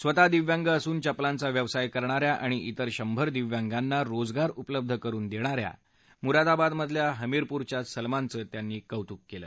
स्वतः दिव्यांग असून चपलांचा व्यवसाय करणा या आणि तिर शंभर दिव्यांगांना रोजगार उपलब्ध करुन देणा या मुरादाबादमधल्या हमीरपूरच्या सलमानचं त्यांनी कौतुक केलं